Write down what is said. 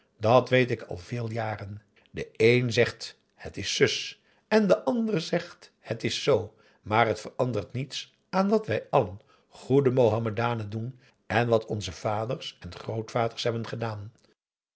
dat weet ik al veel jaren de één zegt het is zus en de ander het is z maar het verandert niets aan wat wij allen goede mohammedanen doen en wat onze vaders en grootvaders hebben gedaan